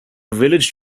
village